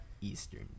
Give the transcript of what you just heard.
eastern